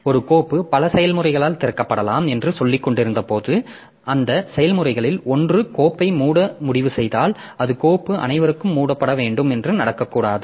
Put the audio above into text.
ஒரு கோப்பு பல செயல்முறைகளால் திறக்கப்படலாம் என்று சொல்லிக்கொண்டிருந்தபோது அந்த செயல்முறைகளில் ஒன்று கோப்பை மூட முடிவு செய்தால் அது கோப்பு அனைவருக்கும் மூடப்பட வேண்டும் என்று நடக்கக்கூடாது